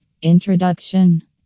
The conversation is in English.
INTRODUCTION